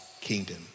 kingdom